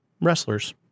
wrestlers